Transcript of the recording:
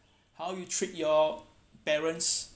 how you treat your parents